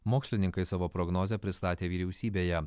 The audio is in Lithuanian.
mokslininkai savo prognozę pristatė vyriausybėje